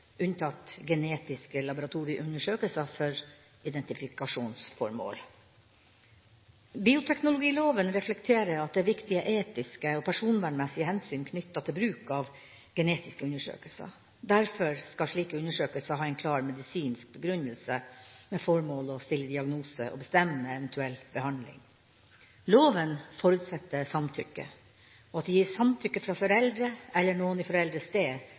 unntatt genetiske laboratorieundersøkelser for identifikasjonsformål. Bioteknologiloven reflekterer at det er viktige etiske og personvernmessige hensyn knyttet til bruk av genetiske undersøkelser. Derfor skal slike undersøkelser ha en klar medisinsk begrunnelse med formål å stille diagnose og bestemme eventuell behandling. Loven forutsetter samtykke, at det gis samtykke fra foreldre eller noen i foreldrenes sted,